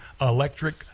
electric